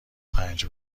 پنج